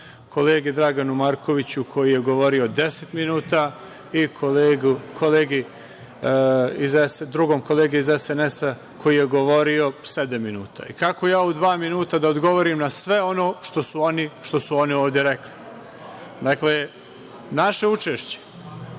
kolegi Draganu Markoviću koji je govorio deset minuta i drugom kolegi iz SNS koji je govorio sedam minut? Kako ja u dva minuta da odgovorim na sve ono što su oni ovde rekli? Dakle, naše učešće,